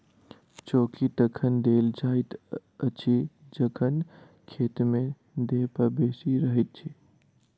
चौकी तखन देल जाइत अछि जखन खेत मे ढेपा बेसी रहैत छै